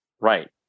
Right